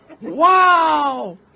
Wow